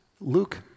Luke